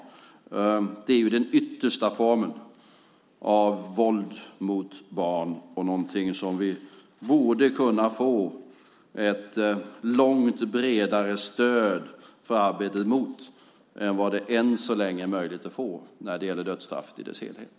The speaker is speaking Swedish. Dödsstraffet är den yttersta formen av våld mot barn. Vi borde därför kunna få ett långt bredare stöd för arbetet mot det än vad som än så länge är möjligt att få när det gäller dödsstraffet i dess helhet.